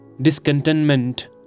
discontentment